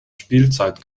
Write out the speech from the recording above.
spielzeit